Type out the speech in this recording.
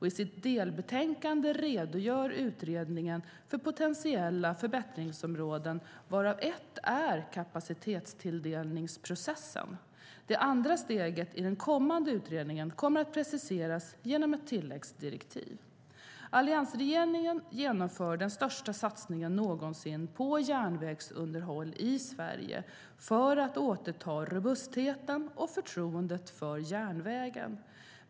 I sitt delbetänkande redogör utredningen för potentiella förbättringsområden varav ett är kapacitetstilldelningsprocessen. Det andra steget i den kommande utredningen kommer att preciseras genom tilläggdirektiv. Alliansregeringen genomför den största satsningen någonsin på järnvägsunderhåll i Sverige för att återta robustheten och förtroendet för järnvägen.